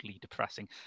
depressing